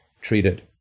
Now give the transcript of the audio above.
treated